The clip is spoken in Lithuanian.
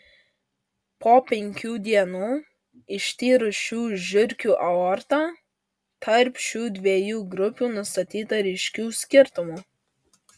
po penkių dienų ištyrus šių žiurkių aortą tarp šių dviejų grupių nustatyta ryškių skirtumų